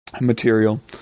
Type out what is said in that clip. material